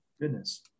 Goodness